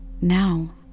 Now